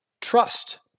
Trust